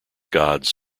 gods